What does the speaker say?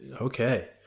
Okay